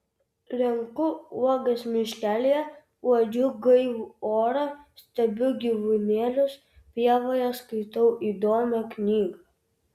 renku uogas miškelyje uodžiu gaivų orą stebiu gyvūnėlius pievoje skaitau įdomią knygą